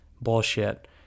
Bullshit